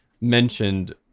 mentioned